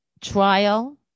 trial